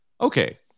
okay